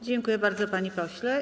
Dziękuję bardzo, panie pośle.